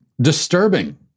disturbing